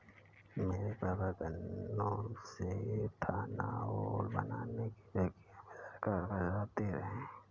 मेरे पापा गन्नों से एथानाओल बनाने की प्रक्रिया में सरकार का साथ दे रहे हैं